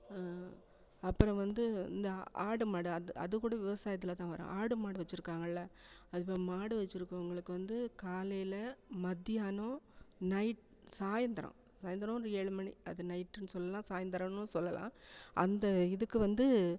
அப்புறம் வந்து இந்த ஆடு மாடு அத் அதுக்கூட விவசாயத்தில் தான் வரும் ஆடு மாடு வச்சிருக்காங்கள அது இப்போ மாடு வச்சிருக்கவங்களுக்கு வந்து காலையில் மதியானம் நைட் சாயந்தரம் சாயந்தரம் ஒரு ஏழு மணி அது நைட்டுன்னு சொல்லலாம் சாயந்தரன்னும் சொல்லலாம் அந்த இதுக்கு வந்து